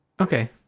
Okay